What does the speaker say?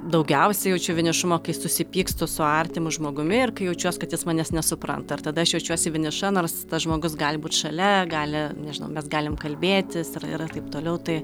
daugiausia jaučiu vienišumo kai susipykstu su artimu žmogumi ir kai jaučiuos kad jis manęs nesupranta ir tada aš jaučiuosi vieniša nors tas žmogus gali būt šalia gali nežinau mes galim kalbėtis yra taip toliau tai